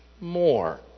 more